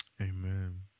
Amen